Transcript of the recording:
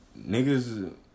Niggas